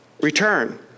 return